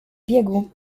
biegu